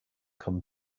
come